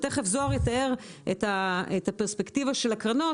תכף זוהר יתאר את הפרספקטיבה של הקרנות.